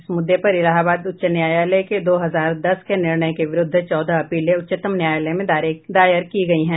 इस मुद्दे पर इलाहाबाद उच्च न्यायालय के दो हजार दस के निर्णय के विरुद्ध चौदह अपीलें उच्चतम न्यायालय में दायर की गई हैं